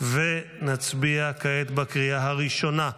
ונצביע כעת בקריאה הראשונה,